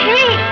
Hey